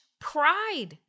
pride